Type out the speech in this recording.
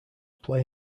play